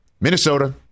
Minnesota